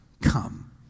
come